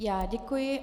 Já děkuji.